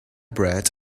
bread